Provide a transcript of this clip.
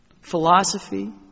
philosophy